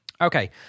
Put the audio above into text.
Okay